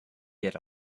get